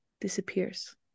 disappears